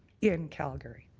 in calgary.